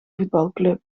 voetbalclub